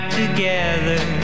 together